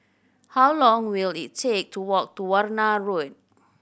how long will it take to walk to Warna Road